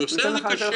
אני עושה את זה כשר.